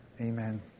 Amen